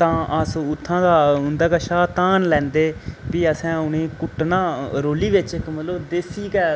तां अस उत्थां दा उंदे कशा धान लैंदे फ्ही असें उनेंईं कुटट्ना रोली बिच्च इक मतलब देसी कै